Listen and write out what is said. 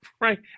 right